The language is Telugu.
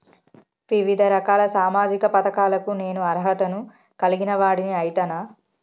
వివిధ రకాల సామాజిక పథకాలకు నేను అర్హత ను కలిగిన వాడిని అయితనా?